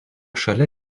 šalia